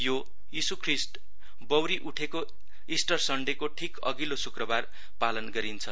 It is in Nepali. यो यीशु बौरी उठोको इस्टर सन्डेको ठिक अघिल्लो शुक्रबार पालन गरिन्छ